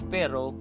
Pero